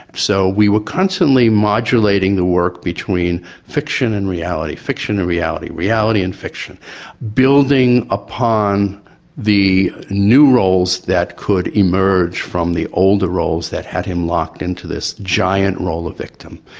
so we were constantly modulating the work between fiction and reality, fiction and reality, reality and fiction building upon the new roles that could emerge from the older roles that had him locked into this giant role of victim.